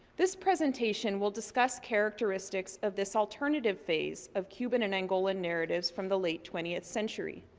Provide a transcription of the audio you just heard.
this presentation will discuss characteristics of this alternative phase of cuban and angolan narratives from the late twentieth century,